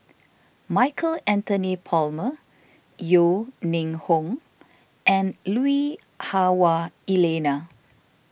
Michael Anthony Palmer Yeo Ning Hong and Lui Hah Wah Elena